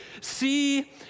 See